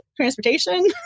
transportation